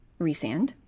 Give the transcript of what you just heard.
resand